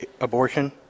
abortion